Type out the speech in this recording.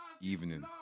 evening